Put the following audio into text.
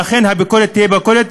שאכן הביקורת תהיה ביקורת.